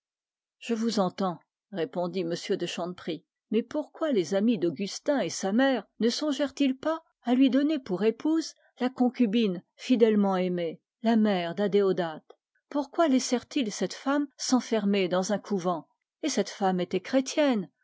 je vous entends mais pourquoi les amis d'augustin et sa mère ne songèrent ils pas à lui donner pour épouse la concubine fidèlement aimée la mère d'adéodat pourquoi la laissèrent ils s'enfermer dans un couvent et cette femme était chrétienne